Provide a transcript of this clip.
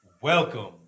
Welcome